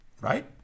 Right